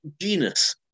genus